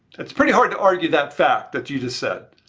it's pretty hard to argue that fact that you just said.